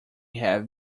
have